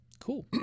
Cool